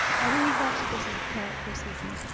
i believe that this is her her speaking,